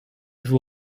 faut